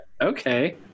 Okay